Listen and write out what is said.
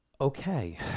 okay